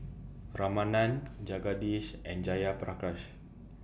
Ramanand Jagadish and Jayaprakash